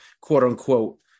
quote-unquote –